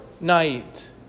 night